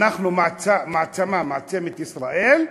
אנחנו מעצמה, מעצמת ישראל,